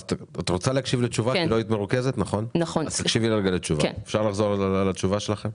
אתם יכולים לחזור על התשובה שלכם?